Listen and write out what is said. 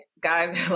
guys